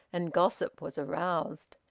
and gossip was aroused.